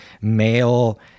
male